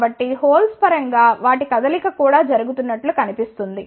కాబట్టి హోల్స్ పరంగా గా వాటి కదలిక కూడా జరుగుతున్నట్లు కనిపిస్తోంది